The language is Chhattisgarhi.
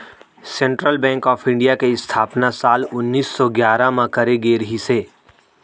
सेंटरल बेंक ऑफ इंडिया के इस्थापना साल उन्नीस सौ गियारह म करे गे रिहिस हे